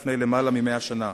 לפני יותר מ-100 שנה.